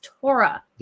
Torah